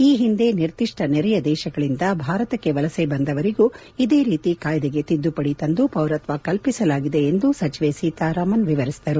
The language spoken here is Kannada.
ಈ ಹಿಂದೆ ನಿರ್ದಿಷ್ಲ ನೆರೆಯ ದೇಶಗಳಿಂದ ಭಾರತಕ್ಕೆ ವಲಸೆ ಬಂದವರಿಗೂ ಇದೇ ರೀತಿ ಕಾಯ್ಲೆಗೆ ತಿದ್ದುಪಡಿ ತಂದು ಪೌರತ್ನ ಕಲ್ಪಿಸಲಾಗಿದೆ ಎಂದು ಸಚಿವೆ ಸೀತಾರಾಮನ್ ವಿವರಿಸಿದರು